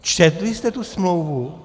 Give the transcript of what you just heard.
Četli jste tu smlouvu?